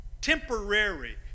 temporary